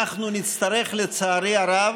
אנחנו נצטרך, לצערי הרב,